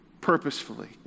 purposefully